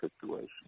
situation